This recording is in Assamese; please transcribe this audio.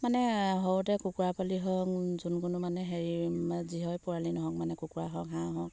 মানে সৰুতে কুকুৰা পোৱালি হওক যোন কোনো মানে হেৰি যিহৰে পোৱালি নহওক মানে কুকৰাই হওক হাঁহ হওক